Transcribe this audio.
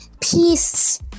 Peace